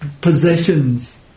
possessions